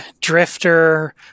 drifter